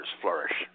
flourish